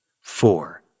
Four